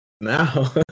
now